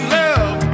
love